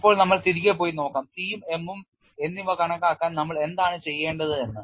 ഇപ്പോൾ നമ്മൾ തിരികെ പോയി നോക്കാം C ഉം m ഉം എന്നിവ കണക്കാക്കാൻ നമ്മൾ എന്താണ് ചെയ്യേണ്ടത് എന്ന്